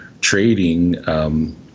trading –